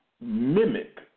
mimic